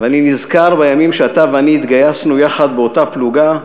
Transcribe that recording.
ואני נזכר בימים שאתה ואני התגייסנו יחד באותה פלוגה,